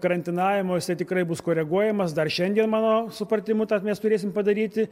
karantinavimosi tikrai bus koreguojamas dar šiandien mano supratimu tą mes turėsim padaryti